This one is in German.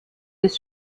des